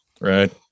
right